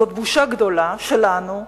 זאת בושה גדולה שלנו,